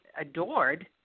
adored